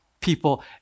people